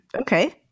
Okay